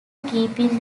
keeping